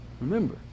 Remember